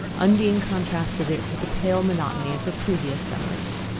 undine contrasted it with the pale monotony of her previous summers.